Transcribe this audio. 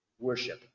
worship